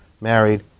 married